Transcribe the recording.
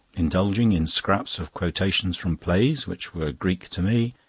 indulging in scraps of quotations from plays which were greek to me,